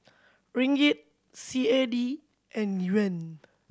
Ringgit C A D and Yuan